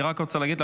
אני רק רוצה להגיד,